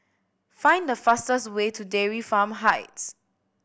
find the fastest way to Dairy Farm Heights